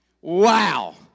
Wow